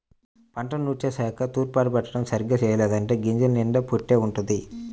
పంటను నూర్చేశాక తూర్పారబట్టడం సరిగ్గా చెయ్యలేదంటే గింజల నిండా పొట్టే వుంటది